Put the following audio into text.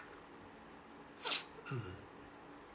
mmhmm